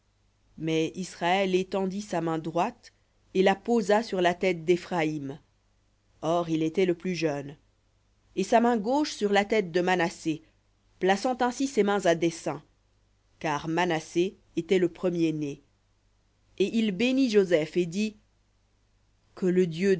mais israël étendit sa main droite et la posa sur la tête d'éphraïm or il était le plus jeune et sa main gauche sur la tête de manassé plaçant ainsi ses mains à dessein car manassé était le premier-né et il bénit joseph et dit que le dieu